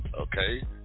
Okay